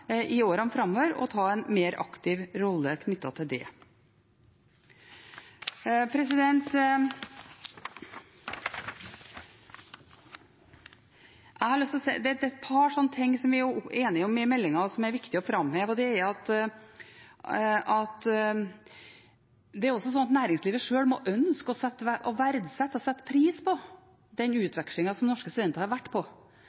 i årene framover og ta en mer aktiv rolle knyttet til det. Det er et par ting vi er enige om i meldingen som er viktig å framheve. Det ene er at også næringslivet sjøl må ønske, verdsette og sette pris på den utvekslingen som norske studenter har vært på. Der tror jeg fortsatt det er en veg å gå før bedriftene i tilstrekkelig grad verdsetter den kompetansen man får gjennom den utvekslingen man er på.